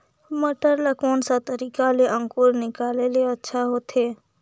मटर ला कोन सा तरीका ले अंकुर निकाले ले अच्छा होथे?